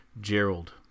gerald